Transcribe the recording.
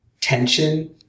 tension